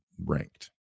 ranked